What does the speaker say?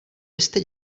byste